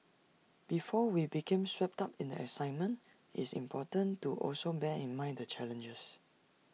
before we become swept up in the excitement it's important to also bear in mind the challenges